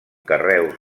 carreus